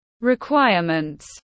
requirements